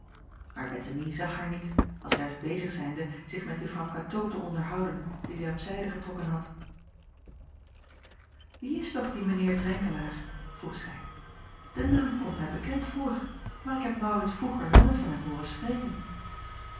maar bettemie zag haar niet als juist bezig zijnde zich met juffrouw katoo te onderhouden die zij op zijde getrokken had wie is toch die mijn heer drenkelaar vroeg zij de naam komt mij bekend voor maar ik heb maurits vroeger nooit van hem hooren spreken